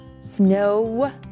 snow